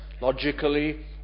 logically